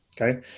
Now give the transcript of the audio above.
okay